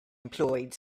employed